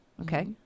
Okay